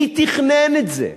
מי תכנן את זה?